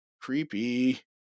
Creepy